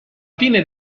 fine